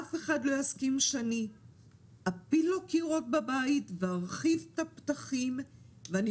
אף אחד לא יסכים שאני אפיל לו קירות בבית וארחיב את הפתחים ואני